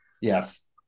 Yes